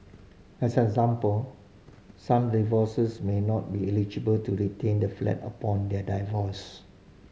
as an example some divorces may not be eligible to retain the flat upon their divorce